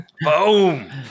boom